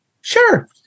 sure